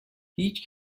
هیچ